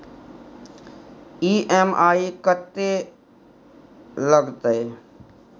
EMI कत्ते लगतै?